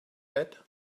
that